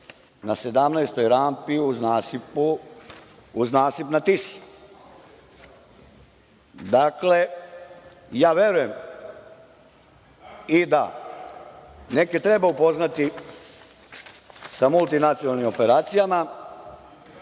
na 17 rampi uz nasip na Tisi. Dakle, verujem i da neke treba upoznati sa multinacionalnim operacijama,